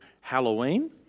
Halloween